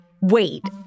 Wait